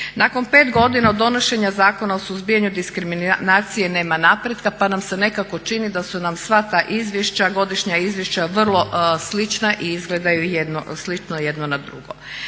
Nakon 5 godina od donošenja Zakona o suzbijanju diskriminacije nema napretka pa nam se nekako čini da su nam sva ta izvješća, godišnja izvješća vrlo slična i izgledaju slično jedno na drugo.